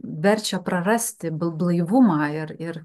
verčia prarasti blaivumą ir ir